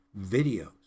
videos